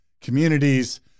communities